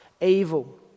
evil